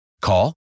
Call